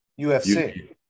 UFC